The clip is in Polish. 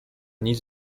nic